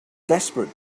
desperate